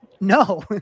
no